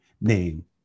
name